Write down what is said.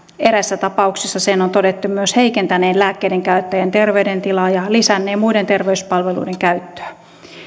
eräissä tapauksissa sen on todettu myös heikentäneen lääkkeiden käyttäjän terveydentilaa ja lisänneen muiden terveyspalveluiden käyttöä